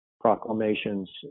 proclamations